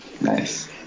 Nice